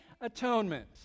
atonement